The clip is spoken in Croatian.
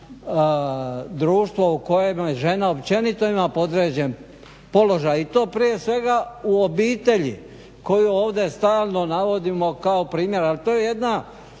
društvo u kojemu žena općenito ima podređen položaj i to prije svega u obitelji koju ovdje stalno navodimo kao primjer ali to je jedna